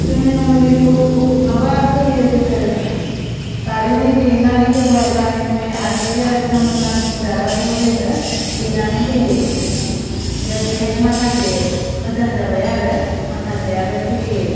जोङो मुलिखौ माबा होयो जोङो बारिनि देनानै होबाय मानिमुनि आरो पेरासटामल मानसि जाग्राखौबो जोङो देनानै होयो ओमफ्राय बेहाय माखासे मोजां जाबाय आरो माखासे आरो थैयो